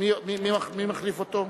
מי מחליף אותו?